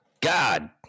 God